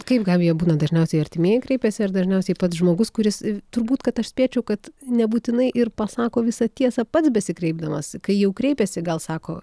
kaip gabija būna dažniausiai artimieji kreipiasi ar dažniausiai pats žmogus kuris turbūt kad aš spėčiau kad nebūtinai ir pasako visą tiesą pats besikreipdamas kai jau kreipiasi gal sako